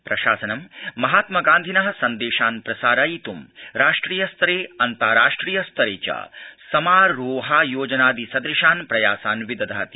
प्रशासन् महात्म गान्धिन सन्देशान् प्रसारयित् राष्ट्रिय स्तरे अन्ताराष्ट्रिय स्तरे च समारोहायोजनादि सदृशान् प्रयासान् विदधाति